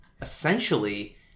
essentially